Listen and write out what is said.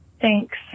thanks